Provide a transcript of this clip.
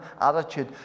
attitude